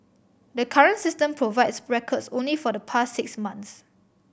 the current system provides records only for the past six months